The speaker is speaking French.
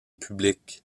public